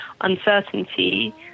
uncertainty